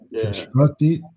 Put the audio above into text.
constructed